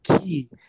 key